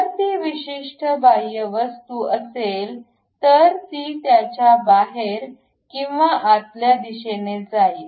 जर ती विशिष्ट बाह्य वस्तू असेल तर ती त्याच्या बाहेर किंवा आतल्या दिशेने जाईल